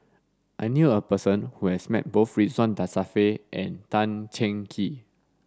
I knew a person who has met both Ridzwan Dzafir and Tan Cheng Kee